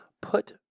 put